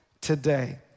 today